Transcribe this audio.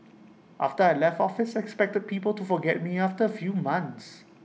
after I left office I expected people to forget me after A few months